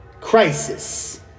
crisis